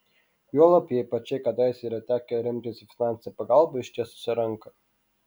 juolab jai pačiai kadaise yra tekę remtis į finansinę pagalbą ištiesusią ranką